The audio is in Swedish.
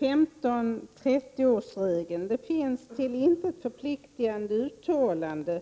Herr talman! Det finns till intet förpliktande uttalanden,